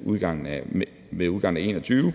med udgangen af 2021.